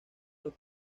los